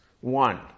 One